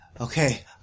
Okay